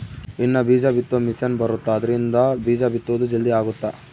ಇನ್ನ ಬೀಜ ಬಿತ್ತೊ ಮಿಸೆನ್ ಬರುತ್ತ ಆದ್ರಿಂದ ಬೀಜ ಬಿತ್ತೊದು ಜಲ್ದೀ ಅಗುತ್ತ